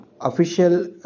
official